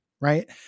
right